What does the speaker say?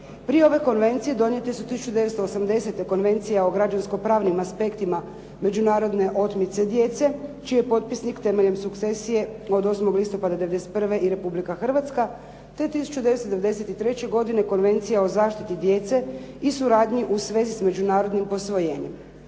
Prije ove konvencije donijete su 1980. Konvencija o građansko-pravnim aspektima međunarodne otmice djece čiji je potpisnik temeljem sukcesije od 8. listopada '91. i Republika Hrvatska te 1993. godine Konvencija o zaštiti djece i suradnji u svezi s međunarodnim posvojenjem.